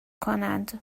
کنند